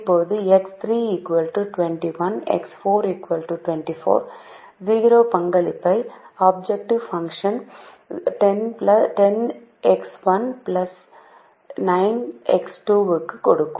இப்போது X3 21 X4 24 0 பங்களிப்பைக் objective பாங்ஷுன்புறநிலை செயல்பாடு 10 X1 9 X 2 க்கு கொடுக்கும்